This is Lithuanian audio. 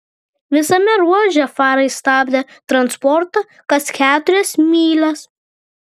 visame ruože farai stabdė transportą kas keturias mylias